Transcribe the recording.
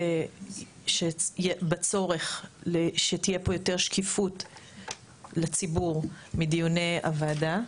בצורך שתהיה פה יותר שקיפות לציבור מדיוני הוועדה.